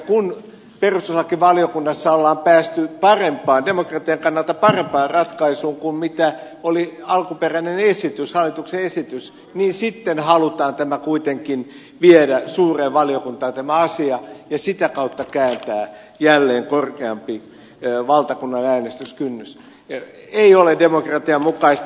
kun perustuslakivaliokunnassa on päästy demokratian kannalta parempaan ratkaisuun kuin mitä oli alkuperäinen hallituksen esitys niin sitten halutaan kuitenkin viedä tämä asia suureen valiokuntaan ja sitä kautta kääntää jälleen korkeampi valtakunnallinen äänestyskynnys ja tämä ei ole demokratian mukaista